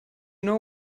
know